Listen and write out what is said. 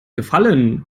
gefallen